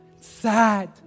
sad